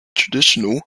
traditional